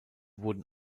wurden